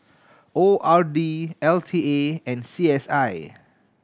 O R D L T A and C S I